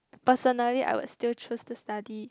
personally I would still choose to study